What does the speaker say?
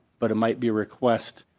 but it might be a request